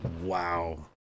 Wow